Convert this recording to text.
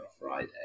Friday